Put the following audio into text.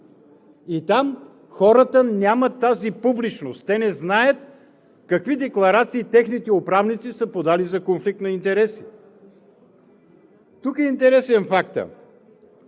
Там хората нямат тази публичност. Те не знаят техните управници какви декларации са подали за конфликт на интереси. Тук е интересен фактът,